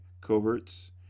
cohorts